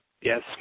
Yes